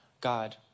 God